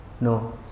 No